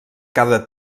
cada